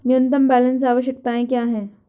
न्यूनतम बैलेंस आवश्यकताएं क्या हैं?